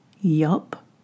Yup